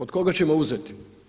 Od koga ćemo uzeti?